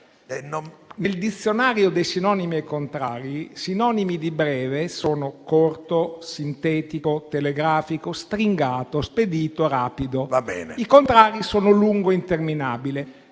nel dizionario dei sinonimi e contrari, sinonimi di breve sono corto, sintetico, telegrafico, stringato, spedito e rapido; i contrari sono lungo e interminabile.